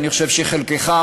ואני חושב שחלקכם,